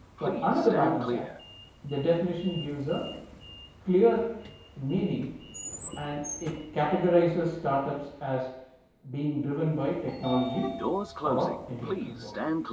but under the patents act the definition gives a clear meaning and it categorises start-ups as being driven by technology or intellectual property.